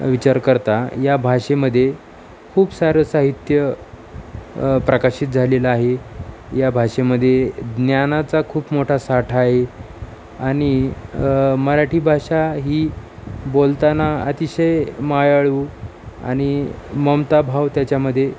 विचार करता या भाषेमध्ये खूप सारं साहित्य प्रकाशित झालेलं आहे या भाषेमध्ये ज्ञानाचा खूप मोठा साठा आहे आणि मराठी भाषा ही बोलताना अतिशय मायाळू आणि ममताभाव त्याच्यामध्ये